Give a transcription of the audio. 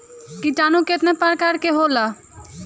किटानु केतना प्रकार के होला?